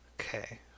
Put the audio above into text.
okay